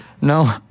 No